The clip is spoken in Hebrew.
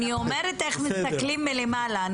אני אומרת איך מסתכלים מלמעלה.